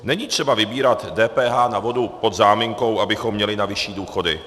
Není třeba vybírat DPH na vodu pod záminkou, abychom měli na vyšší důchody.